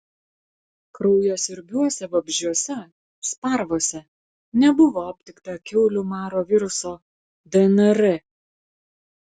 kraujasiurbiuose vabzdžiuose sparvose nebuvo aptikta kiaulių maro viruso dnr